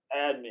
admin